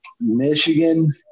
Michigan